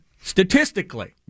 statistically